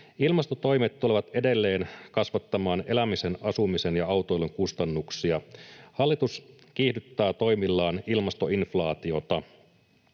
Ilmastotoimet tulevat edelleen kasvattamaan elämisen, asumisen ja autoilun kustannuksia. Hallitus kiihdyttää toimillaan ilmastoinflaatiota.